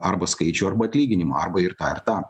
arba skaičių arba atlyginimą arba ir tą ir tą